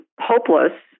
hopeless